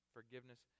Forgiveness